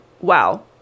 Wow